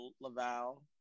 Laval